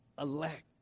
elect